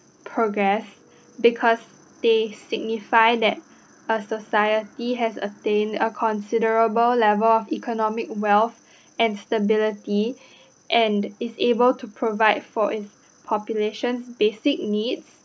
progress because they signified that a society has attained a considerable level of economic wealth and stability and it's able to provide for its population basic needs